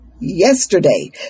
yesterday